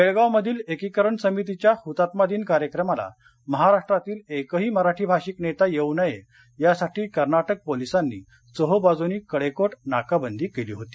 बेळगावमधील एकीकरण समितीच्या हृतात्मा दिन कार्यक्रमाला महाराष्ट्रातील एकही मराठी भाषिक नेता येऊ नये यासाठी कर्नाटक पोलीसांनी चोहोबाजूनी कडेकोट नाकाबंदी केली होती